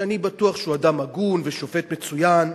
שאני בטוח שהוא אדם הגון ושופט מצוין,